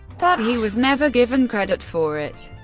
that he was never given credit for it.